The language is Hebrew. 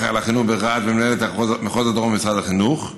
על החינוך ברהט ומנהלת מחוז הדרום במשרד החינוך.